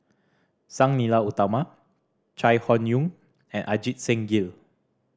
Sang Nila Utama Chai Hon Yoong and Ajit Singh Gill